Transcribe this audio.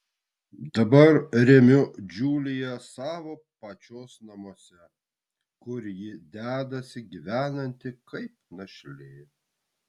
dabar remiu džiuliją savo pačios namuose kur ji dedasi gyvenanti kaip našlė